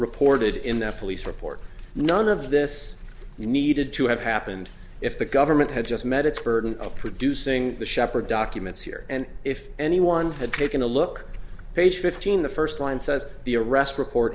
reported in the police report none of this you needed to have happened if the government had just met its burden of producing the shepherd documents here and if anyone had taken a look page fifteen the first line says the arrest report